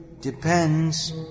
depends